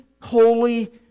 holy